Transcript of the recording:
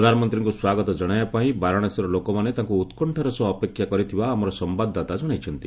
ପ୍ରଧାନମନ୍ତ୍ରୀଙ୍କୁ ସ୍ୱାଗତ ଜଣାଇବା ପାଇଁ ବାରାଣାସୀର ଲୋକମାନେ ତାଙ୍କୁ ଉତ୍କଶ୍ଚାର ସହ ଅପେକ୍ଷା କରିଥିବା ଆମର ସମ୍ଭାଦଦାତା ଜଣାଇଛନ୍ତି